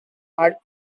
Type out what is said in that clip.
art